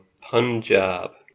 punjab